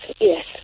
yes